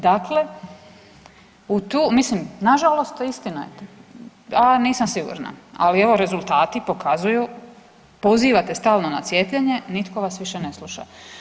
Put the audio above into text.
Dakle, u tu, mislim nažalost istina je … [[Upadica iz klupe se ne razumije]] A nisam sigurna, ali evo rezultati pokazuju pozivate stalno na cijepljenje, nitko vas više ne sluša.